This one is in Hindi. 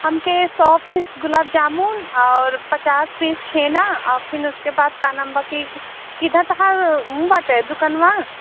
हमके सौ पीस गुलाब जामुन और पचास पीस छेना और फ़िर उसके बाद क्या नाम बाकी किदर कहा बाटे दुकनवा